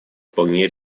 вполне